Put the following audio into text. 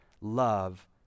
love